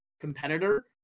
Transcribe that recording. competitor